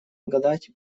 гадать